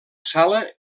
sala